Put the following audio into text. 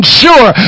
sure